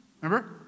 Remember